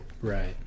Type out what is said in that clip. Right